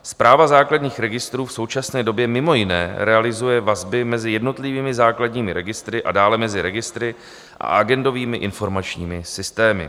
Správa základních registrů v současné době mimo jiné realizuje vazby mezi jednotlivými základními registry a dále mezi registry a agendovými informačními systémy.